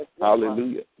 hallelujah